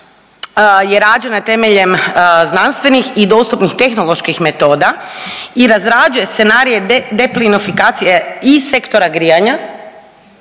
je rađena temeljem znanstvenih i dostupnih tehnoloških metoda i razrađuje scenarije deplinifikacije i Sektora grijanja,